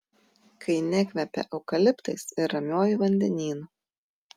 kai nekvepia eukaliptais ir ramiuoju vandenynu